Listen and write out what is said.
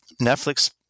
Netflix